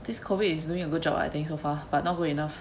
this COVID is doing a good job [what] I think so far but not good enough